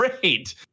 great